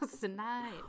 tonight